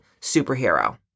superhero